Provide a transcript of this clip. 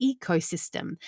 ecosystem